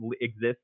exist